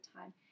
time